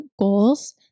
goals